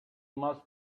must